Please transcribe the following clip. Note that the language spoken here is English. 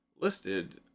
listed